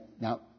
Now